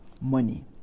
money